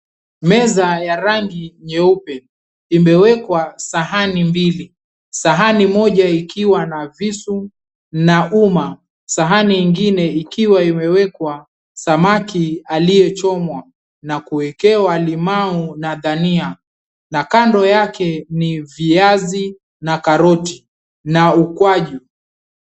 Meza ya rangi nyeupe imewekwa sahani mbilil sahani moja ikiwa na visu na uma sahani ingine ikiwa imewkwa samaki aliyechomwa na kuwekewa limau na dania na kando yake ni viazi na karoti na ukwaju.